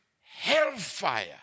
hellfire